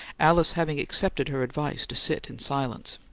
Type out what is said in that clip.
alice having accepted her advice to sit in silence.